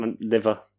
liver